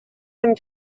hem